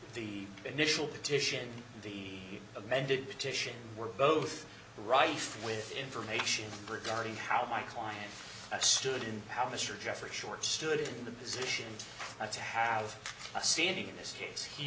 the initial petition the amended petition were both right with information regarding how my client a student how mr jeffrey short stood in the position to have a standing in this case he